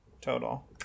total